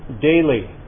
daily